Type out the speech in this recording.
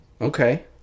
Okay